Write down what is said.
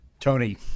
Tony